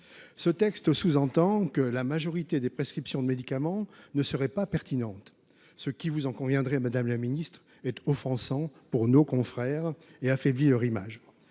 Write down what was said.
Ce texte sous entend que la majorité des prescriptions de médicaments ne serait pas pertinente, ce qui, vous en conviendrez, madame la ministre, est offensant pour nos confrères et affaiblit leur image.